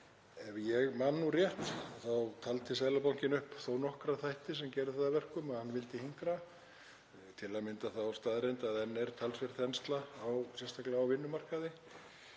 Ef ég man rétt þá taldi Seðlabankinn upp þó nokkra þætti sem gerðu það að verkum að hann vildi hinkra, til að mynda þá staðreynd að enn er talsverð þensla, sérstaklega á vinnumarkaði,